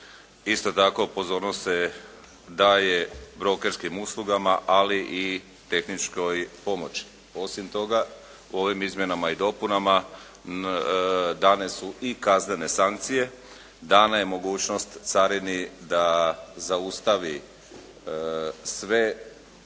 Isto tako pozornost se daje brokerskim uslugama, ali i tehničkoj pomoći. Osim toga u ovim izmjenama i dopunama dane su i kaznene sankcije, dana je mogućnost carini da zaustavi sve